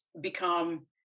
become